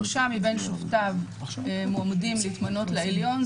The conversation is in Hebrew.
שלושה מבין שופטיו מועמדים להתמנות לעליון.